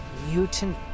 mutant